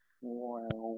Wow